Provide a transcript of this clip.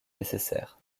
nécessaire